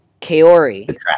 Kaori